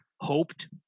hoped